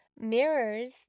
mirrors